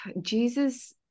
Jesus